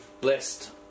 blessed